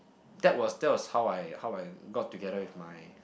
that was that was how I how I got together with my